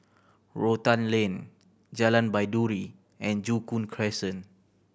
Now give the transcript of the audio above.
Rotan Lane Jalan Baiduri and Joo Koon Crescent